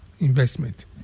investment